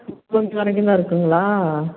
அஞ்சு வரைக்கும்தான் இருக்குங்களா